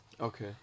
Okay